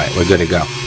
we're good to go.